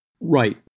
Right